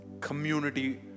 community